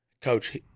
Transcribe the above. Coach